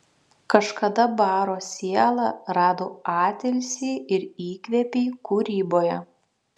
kažkada baro siela rado atilsį ir įkvėpį kūryboje